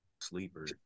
Sleeper